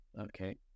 Okay